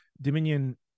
Dominion